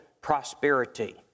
prosperity